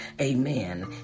amen